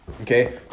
Okay